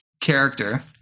character